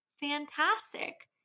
fantastic